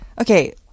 Okay